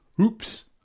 Oops